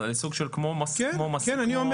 משהו כמו נעל"ה?